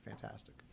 Fantastic